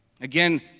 Again